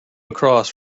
across